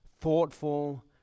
thoughtful